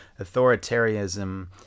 authoritarianism